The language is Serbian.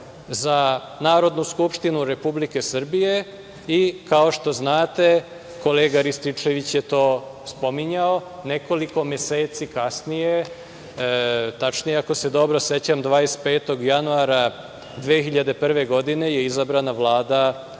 za Narodnu skupštinu Republike Srbije i, kao što znate, kolega Rističević je to spominjao, nekoliko meseci kasnije, tačnije, ako se dobro sećam, 25. januara 2001. godine je izabrana Vlada